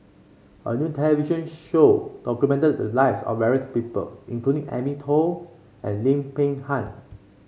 a new television show documented the life of various people including Amy Khor and Lim Peng Han